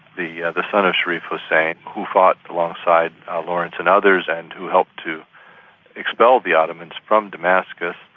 the yeah the son of sharif hussein, who fought alongside lawrence and others and who helped to expel the ottomans from damascus,